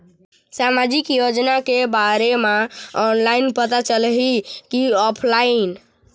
सामाजिक योजना के बारे मा ऑनलाइन पता चलही की ऑफलाइन?